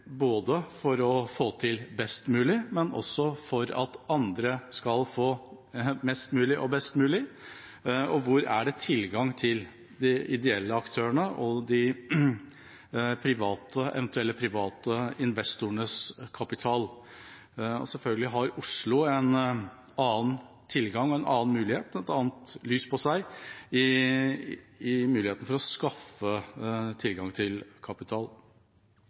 både for å få til det best mulige og for at andre skal få mest mulig og best mulig, og hvor det er tilgang til de ideelle aktørene og de eventuelle private investorenes kapital. Oslo har selvfølgelig en annen tilgang, en annen mulighet og et annet lys på seg når det kommer til muligheten for å skaffe tilgang til kapital.